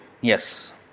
yes